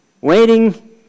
waiting